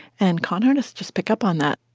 and con artists just pick up on that.